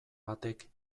batek